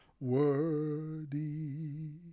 worthy